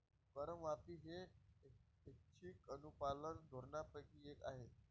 करमाफी ही ऐच्छिक अनुपालन धोरणांपैकी एक आहे